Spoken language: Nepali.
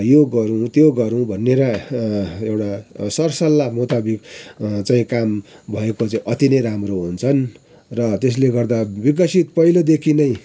यो गरौँ त्यो गरौँ भनेर एउटा सर सल्लाह मुताबिक चाहिँ काम भएको चाहिँ अति नै राम्रो हुन्छन् र त्यस्ले गर्दा विकसित पहिलेदेखि नै